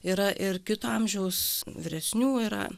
yra ir kito amžiaus vyresnių yra